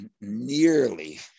nearly